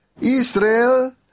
Israel